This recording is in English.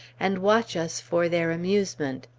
and watch us for their amusement.